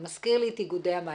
זה מזכיר לי את איגודי המים.